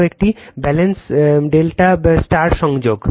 আরেকটি balanced ∆ Y সংযোগ